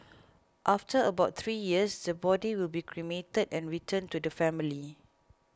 after about three years the body will be cremated and returned to the family